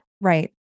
Right